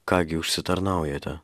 ką gi užsitarnaujate